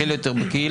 מקל יותר בקהילה,